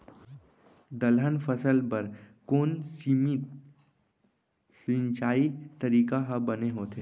दलहन फसल बर कोन सीमित सिंचाई तरीका ह बने होथे?